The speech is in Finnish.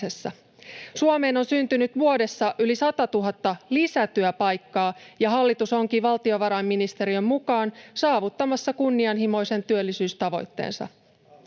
Suomeen on syntynyt vuodessa yli 100 000 lisätyöpaikkaa, ja hallitus onkin valtiovarainministeriön mukaan saavuttamassa kunnianhimoisen työllisyystavoitteensa.